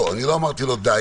לא, אני לא אמרתי לו: די.